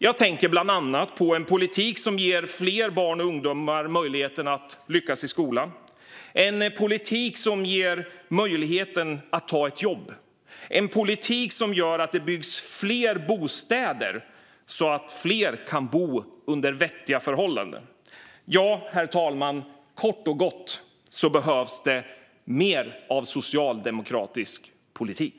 Jag tänker bland annat på en politik som ger fler barn och ungdomar möjlighet att lyckas i skolan, en politik som ger möjlighet att ta ett jobb och en politik som gör att det byggs fler bostäder så att fler kan bo under vettiga förhållanden. Herr talman! Kort och gott behövs det mer av socialdemokratisk politik.